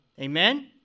Amen